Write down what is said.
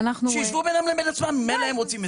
שישבו בינם לבין עצמם, ממילא הם רוצים את זה.